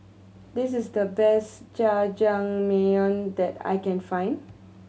this is the best Jajangmyeon that I can find